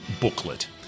booklet